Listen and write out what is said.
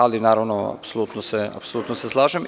Ali, naravno, apsolutno se slažem.